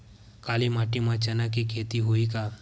काली माटी म चना के खेती होही का?